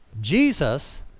Jesus